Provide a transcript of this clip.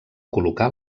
col·locar